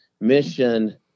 mission